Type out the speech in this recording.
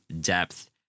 depth